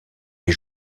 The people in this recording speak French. des